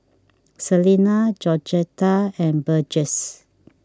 Selina Georgetta and Burgess